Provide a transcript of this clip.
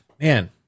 man